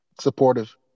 supportive